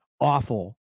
awful